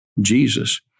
Jesus